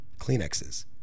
Kleenexes